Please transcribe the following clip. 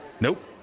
Nope